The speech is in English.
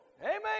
Amen